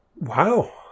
Wow